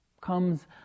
Comes